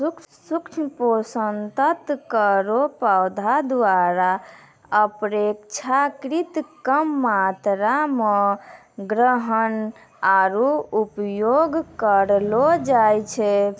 सूक्ष्म पोषक तत्व केरो पौधा द्वारा अपेक्षाकृत कम मात्रा म ग्रहण आरु उपयोग करलो जाय छै